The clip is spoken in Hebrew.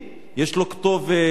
יש לו כתובת, אבל